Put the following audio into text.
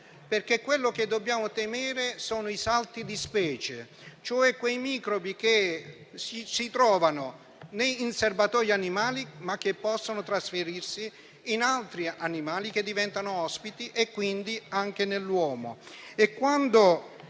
l'angolo. Ciò che dobbiamo temere, infatti, sono i salti di specie, cioè quei microbi che si trovano in serbatoi animali, ma che possono trasferirsi in altri animali, che diventano ospiti, e quindi anche nell'uomo.